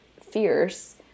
fierce